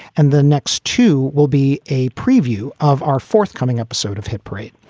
and the next two will be a preview of our forthcoming episode of hit parade.